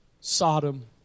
Sodom